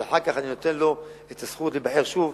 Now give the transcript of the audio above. אבל אחר כך אני נותן לו את הזכות להיבחר שוב,